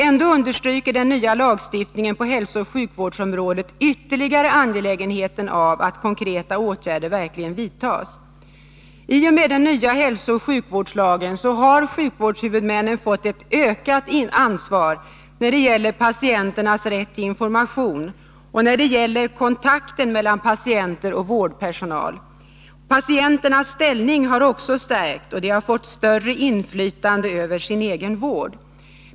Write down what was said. Ändå understryker den nya lagstiftningen på hälsooch sjukvårdsområdet ytterligare det angelägna i att konkreta åtgärder verkligen vidtas. I och med den nya hälsooch sjukvårdslagen har sjukvårdshuvudmännen fått ett ökat ansvar när det gäller patienternas rätt till information och när det gäller kontakten mellan patienter och vårdpersonal. Patienternas ställning stärks, och de får större inflytande över sin vård.